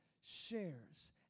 shares